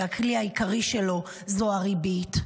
והכלי העיקרי שלו זו הריבית.